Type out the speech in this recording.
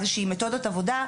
איזושהי מתודת עבודה,